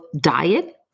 diet